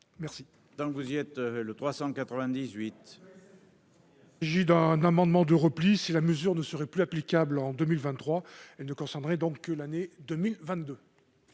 merci. Tant que vous y êtes, le 398. Je dis d'un amendement de repli si la mesure ne serait plus applicable en 2023 et ne concernerait donc que l'année 2022.